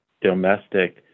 domestic